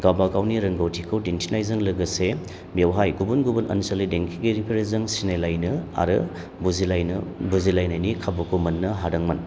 गावबागावनि रोंगौथिखौ दिन्थिनायजों लोगोसे बेवहाय गुबुन गुबुन ओनसोलनि देंखोगिरिफोरजों सिनायलायनो आरो बुजिलायनो बुजिलायनायनि खाबुखौ मोननो हादोंमोन